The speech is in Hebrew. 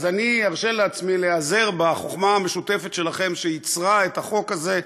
אז אני ארשה לעצמי להיעזר בחוכמה המשותפת שלכם שייצרה את החוק הזה,